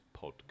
podcast